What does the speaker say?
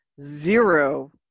zero